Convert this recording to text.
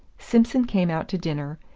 simson came out to dinner,